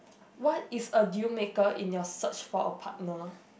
what is a dealmaker in your search for a partner